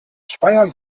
speyer